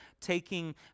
taking